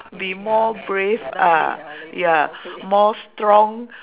be more brave ah ya more strong